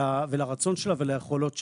לרצון שלה וליכולות שלה.